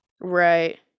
Right